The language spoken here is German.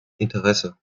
interesse